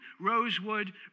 Rosewood